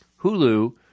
Hulu